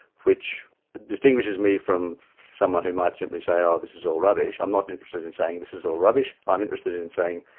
which distinguishes me from someone who might simply say, oh, this is all rubbish. i'm not interested in saying, this is all rubbish, i'm interested in saying,